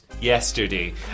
yesterday